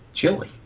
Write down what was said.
chili